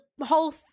whole